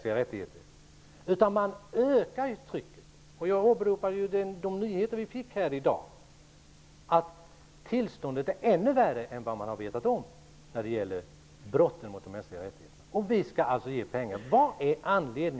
Enligt de nyheter som jag har åberopat här i dag är tillståndet när det gäller brott mot mänskliga rättigheter ännu värre än vad man har vetat om. Vad är anledningen till att vi skall ge dessa pengar, Daniel Tarschys?